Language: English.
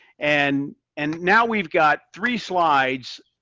and and now we've got three slides,